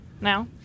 now